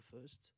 first